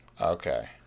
Okay